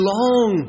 long